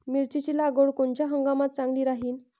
मिरची लागवड कोनच्या हंगामात चांगली राहीन?